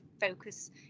focus